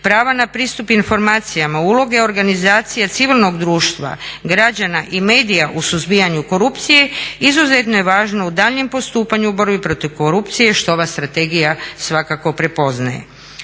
prava na pristup informacijama, uloge organizacije civilnog društva, građana i medija u suzbijanju korupcije izuzetno je važno u daljnjem postupanju u borbi protiv korupcije što ova strategija svakako prepoznaje.